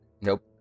Nope